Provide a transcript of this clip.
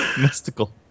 mystical